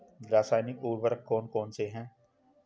रासायनिक उर्वरक कौन कौनसे हैं?